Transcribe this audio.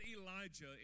Elijah